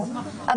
במקום 35 יום,